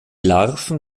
larven